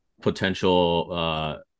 potential